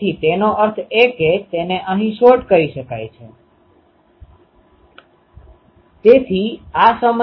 તેથી તેનો અર્થ એ કે આપણી પાસે જે ગોઠવણ છે તે શું છે